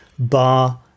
Bar